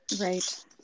Right